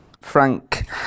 Frank